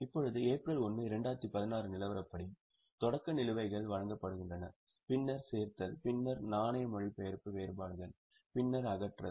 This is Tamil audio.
இப்போது ஏப்ரல் 1 2016 நிலவரப்படி தொடக்க நிலுவைகள் வழங்கப்படுகின்றன பின்னர் சேர்த்தல் பின்னர் நாணய மொழிபெயர்ப்பு வேறுபாடுகள் பின்னர் அகற்றல்